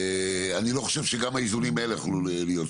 אני לא חושב שגם האיזונים האלה יוכלו להיות.